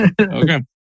Okay